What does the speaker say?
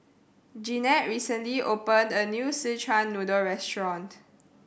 Jeannette recently opened a new Szechuan Noodle restaurant